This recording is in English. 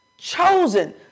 Chosen